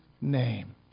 name